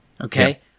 okay